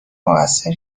مقصر